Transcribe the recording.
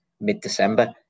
mid-December